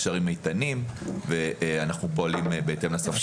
הקשרים איתנים ואנחנו פועלים בהתאם לסמכות.